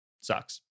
sucks